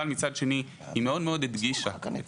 אבל מצד שני היא מאוד-מאוד הדגישה את